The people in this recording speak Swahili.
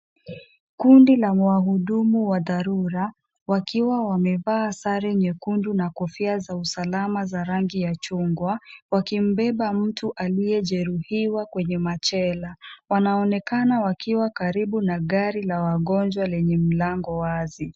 Kundi la mwahudumu wa dharura, wakiwa wamevaa sare nyekundu na kofia za usalama za rangi ya chungwa wakimbeba mtu aliyejeruhiwa mwenye machela. Wanaonekana wakiwa karibu na gari la wagonjwa lenye milango wazi.